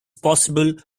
possible